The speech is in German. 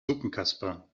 suppenkasper